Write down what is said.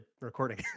recording